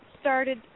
started